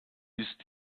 ist